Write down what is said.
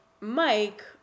Mike